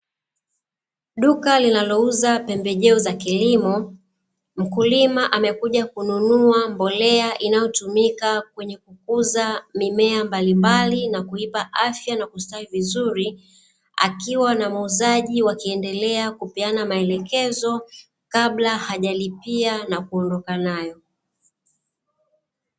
Duka linalouza pembejeo za kilimo, mkulima amekuja kununua mbolea inayotumika kwenye kukuza mimea mbalimbali na kuipa afya na kustawi vizuri, akiwa na muuzaji wakiendelea kupeana maelekezo kabla halipia na kuondoka nayo.